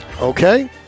Okay